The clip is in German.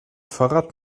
fahrrad